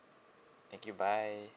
thank you bye